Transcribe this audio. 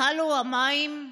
הקלו המים?